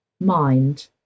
mind